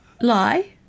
Lie